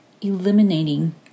eliminating